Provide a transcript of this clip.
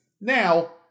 now